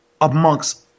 amongst